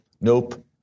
nope